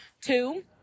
Two